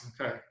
Okay